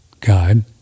God